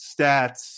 stats